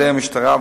ועל-ידי המשטרה.